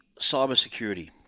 cybersecurity